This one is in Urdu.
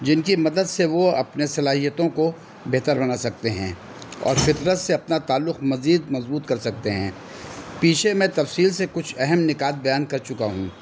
جن کی مدد سے وہ اپنے صلاحیتوں کو بہتر بنا سکتے ہیں اور فطرت سے اپنا تعلق مزید مضبوط کر سکتے ہیں پیچھے میں تفصیل سے کچھ اہم نکات بیان کر چکا ہوں